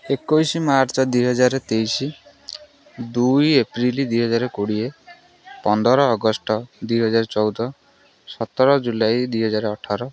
ଏକୋଇଶ ମାର୍ଚ୍ଚ ଦୁଇହଜାର ତେଇଶ ଦୁଇ ଏପ୍ରିଲ୍ ଦୁଇହଜାର କୋଡ଼ିଏ ପନ୍ଦର ଅଗଷ୍ଟ ଦୁଇହଜାର ଚଉଦ ସତର ଜୁଲାଇ ଦୁଇହଜାର ଅଠର